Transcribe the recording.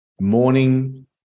Morning